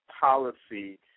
policy